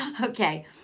okay